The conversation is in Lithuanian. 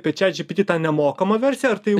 tai čat džipiti tą nemokamą versiją ar tai jau